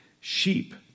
sheep